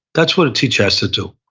that's what a teacher has to do,